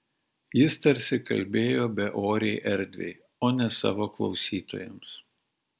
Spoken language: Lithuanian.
jis tarsi kalbėjo beorei erdvei o ne savo klausytojams